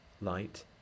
light